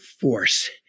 force